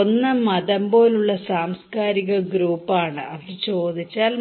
ഒന്ന് മതം പോലുള്ള സാംസ്കാരിക ഗ്രൂപ്പാണെന്ന് അവർ ചോദിച്ചാൽ